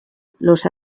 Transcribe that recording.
los